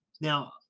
now